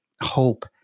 hope